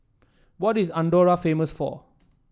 what is Andorra famous for